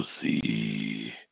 see